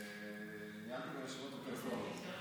ניהלתי ישיבות יותר סוערות.